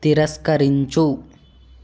తిరస్కరించు